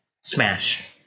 smash